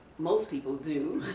most people do.